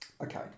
okay